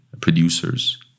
producers